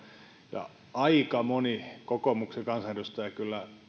mutta kyllä aika moni kokoomuksen kansanedustaja